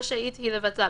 רשאית היא לבטלה.